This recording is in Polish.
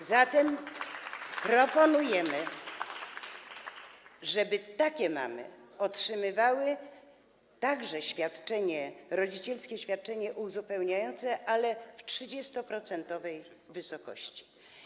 A zatem proponujemy, żeby takie mamy otrzymywały także rodzicielskie świadczenie uzupełniające, ale w 30-procentowej wysokości.